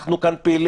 אנחנו כאן פעילים,